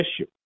issue